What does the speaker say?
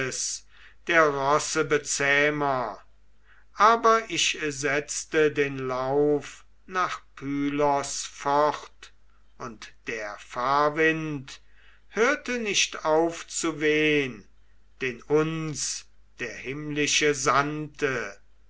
der rossebezähmer aber ich setzte den lauf nach pylos fort und der fahrwind hörte nicht auf zu wehn den uns der himmlische sandte